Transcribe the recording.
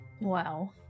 Wow